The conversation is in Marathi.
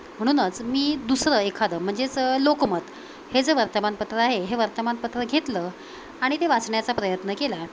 म्हणूनच मी दुसरं एखादं म्हणजेच लोकमत हे जे वर्तमानपत्र आहे हे वर्तमानपत्र घेतलं आणि ते वाचण्याचा प्रयत्न केला